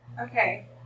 Okay